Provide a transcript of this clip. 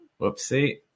Whoopsie